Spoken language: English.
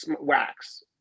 wax